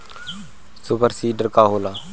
Super seeder का होला?